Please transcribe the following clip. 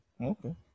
okay